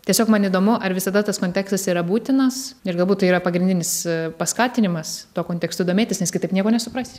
tiesiog man įdomu ar visada tas kontekstas yra būtinas ir galbūt tai yra pagrindinis paskatinimas tuo kontekstu domėtis nes kitaip nieko nesupras